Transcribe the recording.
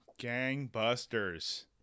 gangbusters